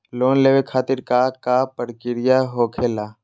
Loan लेवे खातिर का का प्रक्रिया होखेला?